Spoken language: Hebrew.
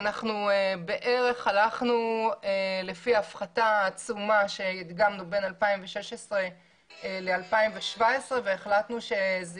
הלכנו בערך לפי ההפחתה העצומה שהדגמנו בין 2017-2016 והחלטנו שזה